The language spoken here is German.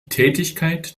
tätigkeit